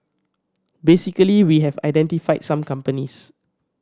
basically we have identified some companies